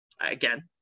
Again